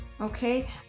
Okay